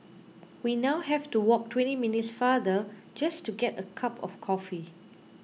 we now have to walk twenty minutes farther just to get a cup of coffee